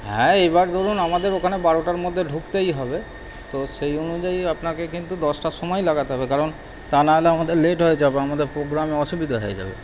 হ্যাঁ এবার ধরুন আমাদের ওখানে বারোটার মধ্যে ঢুকতেই হবে তো সেই অনুযায়ী আপনাকে কিন্তু দশটার সময় লাগাতে হবে কারণ তা না হলে আমাদের লেট হয়ে যাবে আমাদের প্রোগ্রামে অসুবিধা হয়ে যাবে